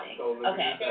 Okay